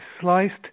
sliced